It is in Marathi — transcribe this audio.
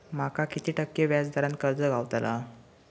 माका किती टक्के व्याज दरान कर्ज गावतला?